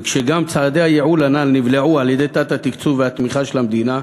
וכשגם צעדי הייעול הנ"ל נבלעו בגלל תת-התקצוב ותת-התמיכה של המדינה,